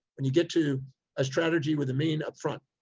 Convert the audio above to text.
when you get to a strategy with a mean upfront.